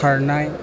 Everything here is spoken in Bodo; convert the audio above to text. खारनाय